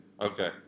Okay